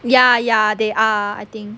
ya ya they are I think